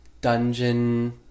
dungeon